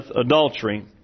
adultery